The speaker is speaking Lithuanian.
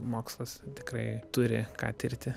mokslas tikrai turi ką tirti